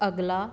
ਅਗਲਾ